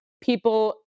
people